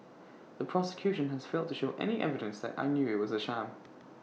the prosecution has failed to show any evidence that I knew IT was A sham